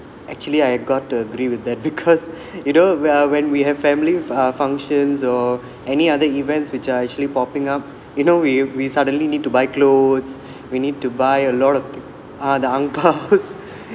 actually I got to agree with that because you know uh when we have family uh functions or any other events which are actually popping up you know we we suddenly need to buy clothes we need to buy a lot of uh the ang pows